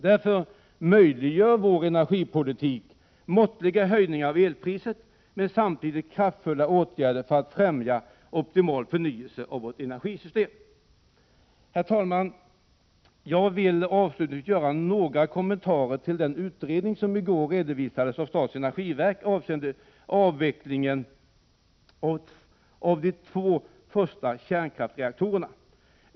Därför möjliggör vår energipolitik måttliga höjningar av elpriset, men samtidigt kraftfulla åtgärder för att främja optimal förnyelse av vårt energisystem. Herr talman! Jag vill avslutningsvis göra några kommentarer till den utredning som i går redovisades av statens energiverk avseende avvecklingen av de två första kärnkraftreaktorerna.